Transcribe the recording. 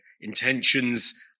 intentions